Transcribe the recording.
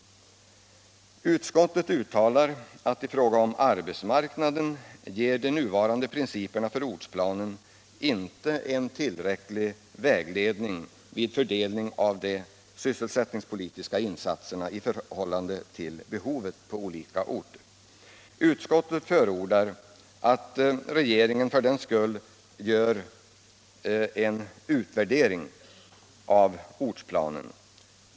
Utskottet uttalar att i fråga om arbetsmarknaden ger de nuvarande principerna för ortsplanen inte en tillräcklig vägledning vid fördelning av de sysselsättningspolitiska insatserna i förhållande till behovet på olika orter. Utskottet förordar att regeringen för den skull gör en utvärdering av ortsplanen.